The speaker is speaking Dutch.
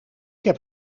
heb